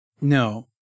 No